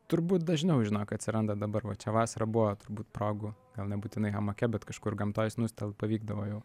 turbūt dažniau žinok atsiranda dabar va čia vasarą buvo turbūt progų gal nebūtinai hamake bet kažkur gamtoj snustelt pavykdavo jau